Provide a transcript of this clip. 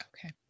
Okay